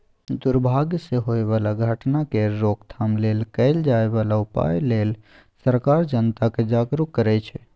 दुर्भाग सँ होए बला घटना केर रोकथाम लेल कएल जाए बला उपाए लेल सरकार जनता केँ जागरुक करै छै